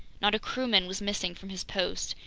not a crewman was missing from his post.